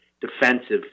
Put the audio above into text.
Defensive